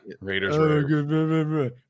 Raiders